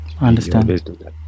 understand